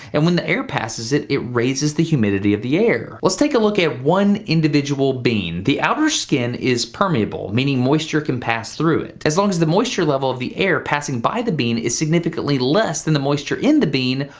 and when the air passes it, it raises the humidity of the air. let's take a look at one individual bean. the outer skin is permeable, meaning moisture can pass through it. as long as the moisture level of the air passing by the bean is significantly less than the moisture in the bean,